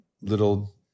little